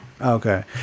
Okay